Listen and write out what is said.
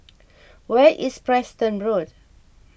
where is Preston Road